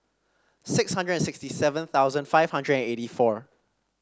six hundred and sixty seven thousand five hundred and eighty four